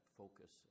focus